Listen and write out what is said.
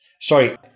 Sorry